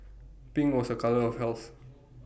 pink was A colour of health